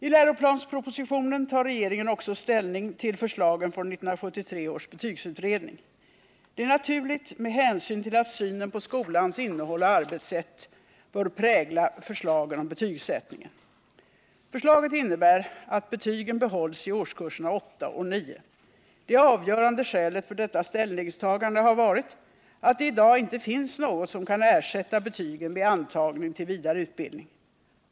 I läroplanspropositionen tar regeringen också ställning till förslagen från 1973 års betygsutredning. Det är naturligt med hänsyn till att synen på skolans innehåll och arbetssätt bör prägla förslagen om betygsätiningen. Förslaget innebär att betygen behålls i årskurserna åtta och nio. Det avgörande skälet för detta ställningstagande har varit att det i dag inte finns något som kan ersätta betygen vid antagning till vidare utbildning.